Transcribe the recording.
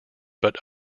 but